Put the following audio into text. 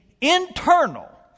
internal